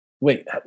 wait